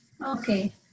Okay